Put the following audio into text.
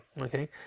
Okay